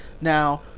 Now